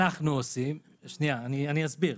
שנייה, אני אסביר.